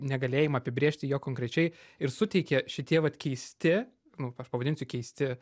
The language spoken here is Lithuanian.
negalėjimą apibrėžti jo konkrečiai ir suteikia šitie vat keisti nu aš pavadinsiu keisti